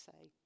say